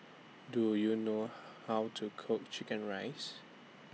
Do YOU know How to Cook Chicken Rice